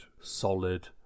solid